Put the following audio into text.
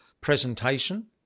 presentation